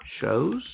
shows